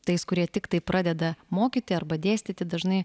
tais kurie tiktai pradeda mokyti arba dėstyti dažnai